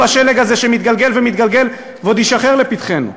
השלג הזה שמתגלגל ומתגלגל ועוד ישחר לפתחנו?